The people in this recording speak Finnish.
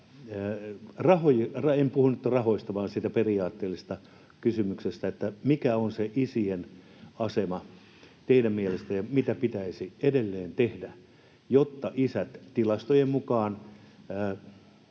en puhu nyt rahoista, vaan siitä periaatteellisesta kysymyksestä — on se isien asema teidän mielestänne. Ja mitä pitäisi edelleen tehdä, jotta isät, tilastojen mukaan,